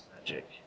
magic